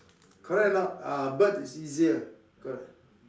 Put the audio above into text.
correct or not ah bird is easier correct